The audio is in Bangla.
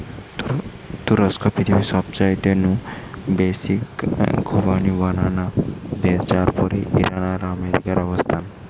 তুরস্ক পৃথিবীর সবচাইতে নু বেশি খোবানি বানানা দেশ যার পরেই ইরান আর আর্মেনিয়ার অবস্থান